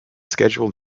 scheduled